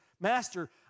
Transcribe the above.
Master